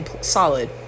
solid